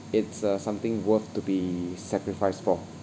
it's uh something worth to be sacrificed for